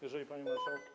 Jeżeli, panie marszałku.